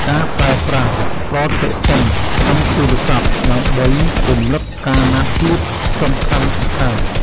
ការប្រើប្រាស់ប្រតិទិនក្នុងទូរស័ព្ទ ដើម្បីរំលឹកការណាត់ជួបសំខាន់ៗ។